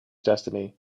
destiny